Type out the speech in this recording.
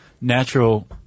natural